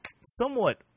somewhat